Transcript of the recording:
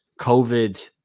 COVID